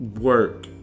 work